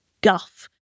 guff